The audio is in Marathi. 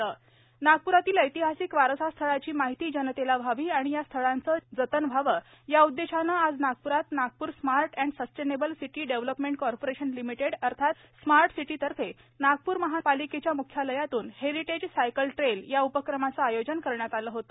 हेरिटेज सायकल ट्रेल नागप्रातील ऐतिहासिक वारसास्थळाची माहिती जनतेला व्हावी आणि या स्थळाचे जतन व्हावे या उद्देशाने आज नागप्रात Nagpur smart and sustainable city development corporation limited अर्थात स्मार्ट सिटीतर्फे नागपूर महापालिकेच्या म्ख्यालयातून हेरिटेज सायकल ट्रेल या उपक्रमाचे आयोजन करण्यात आले होते